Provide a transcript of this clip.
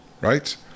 right